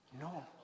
No